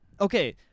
okay